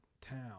town